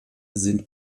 sind